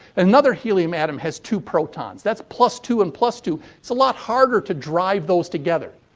another helium atom has two protons. that's plus two and plus two. it's a lot harder to drive those together.